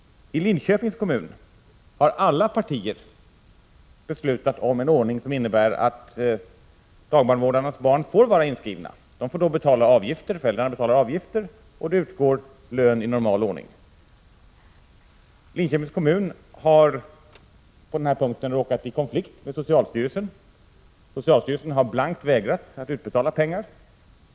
I Linköpings kommun har alla partier beslutat om en ordning som innebär att dagbarnvårdarnas barn får vara inskrivna. Man får betala avgifter, och det utgår lön i normal ordning. Linköpings kommun har på den punkten råkat i konflikt med socialstyrelsen. Socialstyrelsen har blankt vägrat att utbetala pengar.